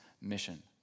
mission